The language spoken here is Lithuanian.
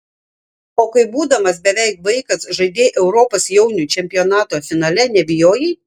o kai būdamas beveik vaikas žaidei europos jaunių čempionato finale nebijojai